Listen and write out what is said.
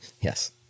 Yes